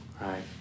right